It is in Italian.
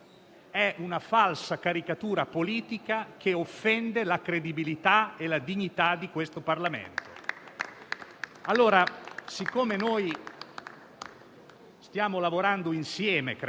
dobbiamo considerare il senso delle parole che utilizziamo. Recuperiamo la credibilità delle istituzioni che rappresentiamo, proviamo a dare senso compiuto e profondità alle parole.